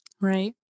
Right